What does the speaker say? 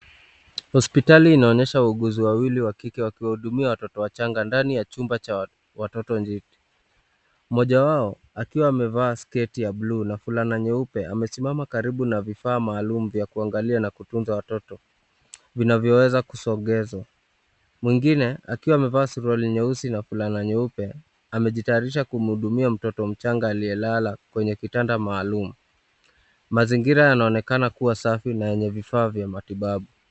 Hospitali inaonyesha wauguzi wawili wa kike wakihudumia watoto wachanga ndani ya chumba cha watoto njiti. Mmoja wao akiwa amevaa sketi ya blue na fulana nyeupe, amesimama karibu na vifaa maalum vya kuangalia na kutunza watoto vinavyoweza kusogezwa. Mwingine akiwa amevaa suruali nyeusi na fulana nyeupe, amejiandaa kumhudumia mtoto mchanga aliyelala kwenye kitanda maalum. Mazingira yanaonekana kuwa safi na yenye vifaa vya matibabu.